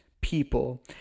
people